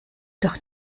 doch